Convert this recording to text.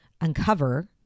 uncover